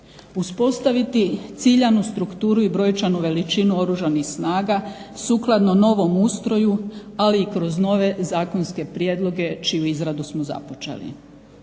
Uspostaviti ciljanu strukturu i brojčanu veličinu Oružanih snaga sukladno novom ustroju, ali i kroz nove zakonske prijedloge čiju izradu smo započeli.